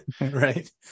right